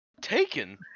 Taken